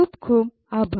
ખુબ ખુબ આભાર